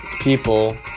people